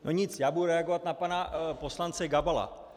No nic, já budu reagovat na pana poslance Gabala.